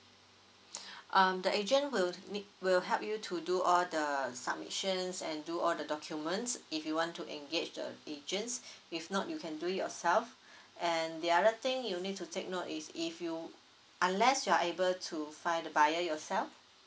um the agent will make will help you to do all the submissions and do all the documents if you want to engage the agents if not you can do it yourself and the other thing you need to take note is if you unless you are able to find the buyer yourself